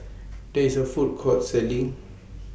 There IS A Food Court Selling